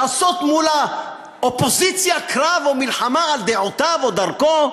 לעשות מול האופוזיציה קרב או מלחמה על דעותיו או דרכו.